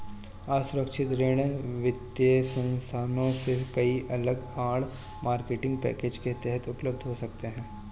असुरक्षित ऋण वित्तीय संस्थानों से कई अलग आड़, मार्केटिंग पैकेज के तहत उपलब्ध हो सकते हैं